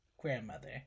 grandmother